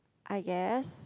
I guess